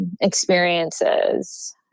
experiences